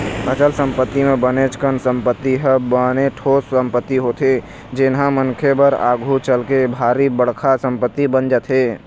अचल संपत्ति म बनेच कन संपत्ति ह बने ठोस संपत्ति होथे जेनहा मनखे बर आघु चलके भारी बड़का संपत्ति बन जाथे